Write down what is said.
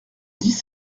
dix